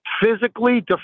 physically